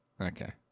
Okay